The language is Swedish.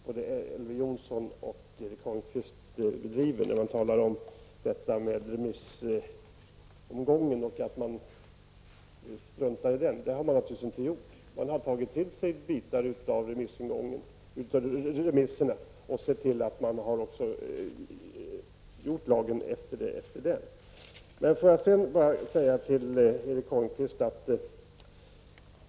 Herr talman! Både Elver Jonsson och Erik Holmkvist talar om att regeringen struntar i remissomgången. Det har den naturligtvis inte gjort. Den har tagit till sig delar av det som framförts vid remissomgången och sett till att lagen utformats i enlighet med detta.